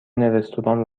رستوران